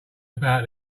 about